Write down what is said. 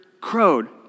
crowed